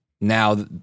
now